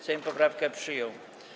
Sejm poprawkę przyjął.